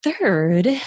third